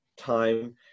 time